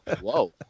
whoa